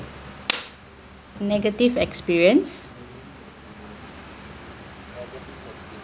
negative experience